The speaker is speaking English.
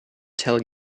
tell